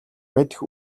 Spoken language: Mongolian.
мэдэх